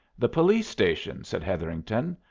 the police-station, said hetherington.